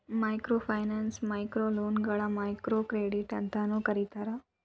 microfinance ಮೈಕ್ರೋಲೋನ್ಗಳ microcredit ಅಂತೂ ಕರೇತಾರ